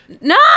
no